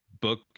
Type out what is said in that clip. book